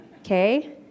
okay